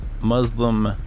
Muslim